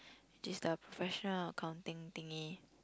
this the first round accounting thingy